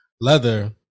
Leather